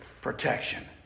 protection